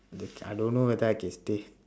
but I don't know whether I can stay